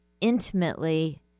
intimately